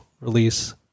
release